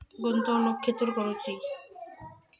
गुंतवणुक खेतुर करूची?